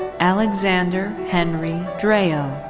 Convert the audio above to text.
alexander henry dreo.